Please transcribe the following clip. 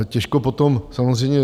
Těžko potom samozřejmě...